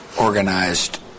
organized